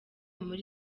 muri